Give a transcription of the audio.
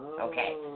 Okay